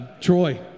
Troy